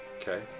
Okay